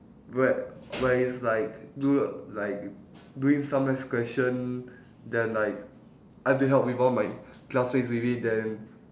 where where it's like do like doing some maths question then like I've to help with one of my classmates maybe then